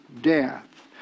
death